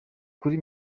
kuri